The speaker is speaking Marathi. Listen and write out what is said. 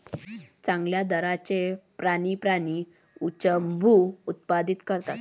चांगल्या दर्जाचे प्राणी प्राणी उच्चभ्रू उत्पादित करतात